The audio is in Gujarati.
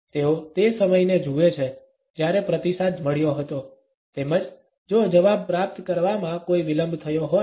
તેઓ તે સમયને જુએ છે જ્યારે પ્રતિસાદ મળ્યો હતો તેમજ જો જવાબ પ્રાપ્ત કરવામાં કોઈ વિલંબ થયો હોય